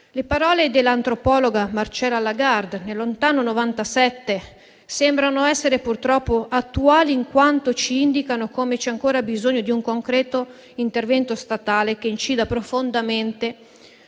Le parole dell'antropologa Marcela Lagarde nel lontano 1997 sembrano essere purtroppo attuali, in quanto ci indicano che c'è ancora bisogno di un concreto intervento statale che incida profondamente